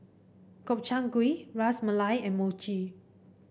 Gobchang Gui Ras Malai and Mochi